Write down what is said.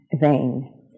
vain